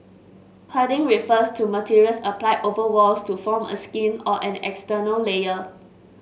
cladding refers to materials applied over walls to form a skin or an external layer